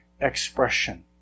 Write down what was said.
expression